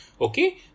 Okay